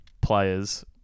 players